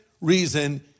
reason